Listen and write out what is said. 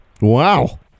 Wow